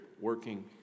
working